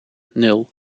nul